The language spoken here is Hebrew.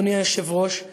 אדוני היושב-ראש,